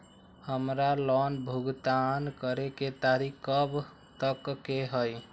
हमार लोन भुगतान करे के तारीख कब तक के हई?